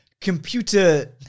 Computer